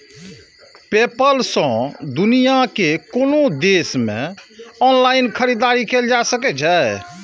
PayPal सं दुनिया के कोनो देश मे ऑनलाइन खरीदारी कैल जा सकै छै